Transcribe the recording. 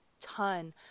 ton